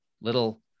little